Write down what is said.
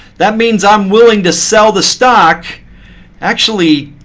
that means i'm willing to sell the stock actually,